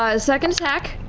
ah ah second attack.